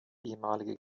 ehemalige